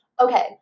okay